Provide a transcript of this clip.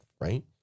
right